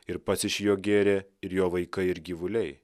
ir pats iš jo gėrė ir jo vaikai ir gyvuliai